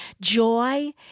Joy